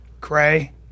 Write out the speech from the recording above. Gray